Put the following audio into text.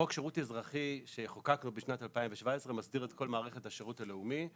חוק שירות אזרחי שחוקקנו בשנת 2017 מסדיר את כל מערכת השירות הלאומי,